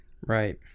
right